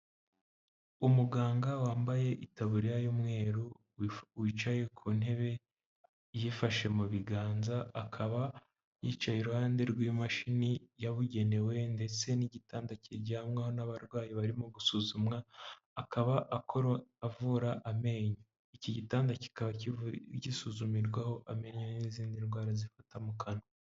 Umuganga wambaye itaburiya y'umweru wicaye ku intebe yifashe mu biganza akaba yicaye iruhande rw'imashini yabugenewe ndetse n'igitanda kijyanwaho n'abarwayi barimo gusuzumwa akaba avura amenyo , iki gitanda kikaba gisuzumirwaho amenyo n'izindi ndwara zifata mu kanwa.